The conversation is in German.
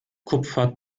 kupfer